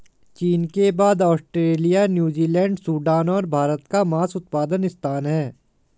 चीन के बाद ऑस्ट्रेलिया, न्यूजीलैंड, सूडान और भारत का मांस उत्पादन स्थान है